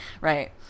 Right